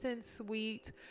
sweet